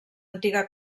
antiga